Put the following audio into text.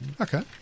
Okay